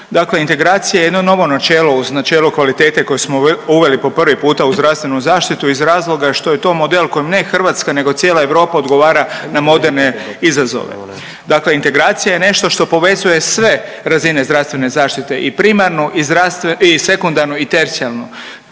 Dakle integracija je jedno novo načelo uz načelo kvalitete koje smo uveli po prvi puta u zdravstvenu zaštitu iz razloga što je to model kojim, ne Hrvatska, nego cijela Europa odgovara na moderne izazove. Dakle integracija je nešto što povezuje sve razine zdravstvene zaštite i primarnu i sekundarnu i tercijalnu.